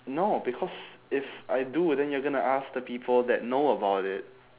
no because if I do then you're gonna ask the people that know about it